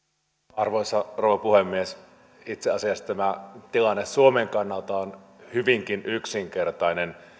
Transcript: arvoisa rouva puhemies itse asiassa tämä tilanne suomen kannalta on hyvinkin yksinkertainen